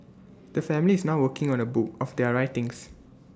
the family is now working on A book of their writings